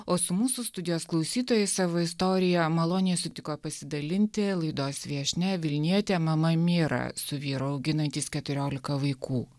o su mūsų studijos klausytojais savo istoriją maloniai sutiko pasidalinti laidos viešnia vilnietė mama mira su vyru auginantys keturiolika vaikų